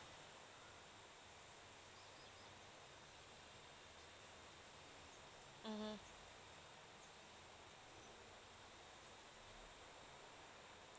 mmhmm